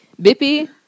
Bippy